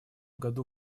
году